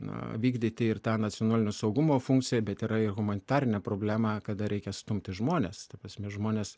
na vykdyti ir tą nacionalinio saugumo funkciją bet yra ir humanitarinė problema kada reikia stumti žmones ta prasme žmonės